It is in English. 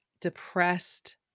depressed